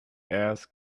asked